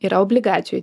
yra obligacijų